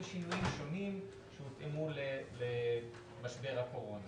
בשינויים שונים שהותאמו למשבר הקורונה.